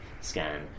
scan